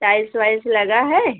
tiles वाइल्स लगा है